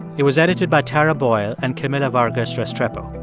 it was edited by tara boyle and camila vargas restrepo.